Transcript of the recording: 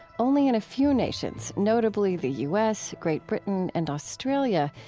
only in a few nations, notably the u s, great britain, and australia,